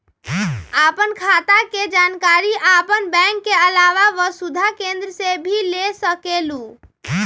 आपन खाता के जानकारी आपन बैंक के आलावा वसुधा केन्द्र से भी ले सकेलु?